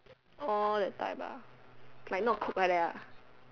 orh that type ah like not cook like that ah